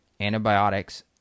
antibiotics